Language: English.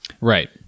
Right